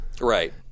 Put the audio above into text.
right